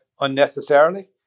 unnecessarily